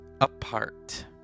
apart